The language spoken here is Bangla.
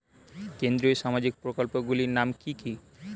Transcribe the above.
কেন্দ্রীয় সামাজিক প্রকল্পগুলি নাম কি কি?